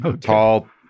tall